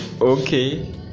okay